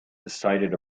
decided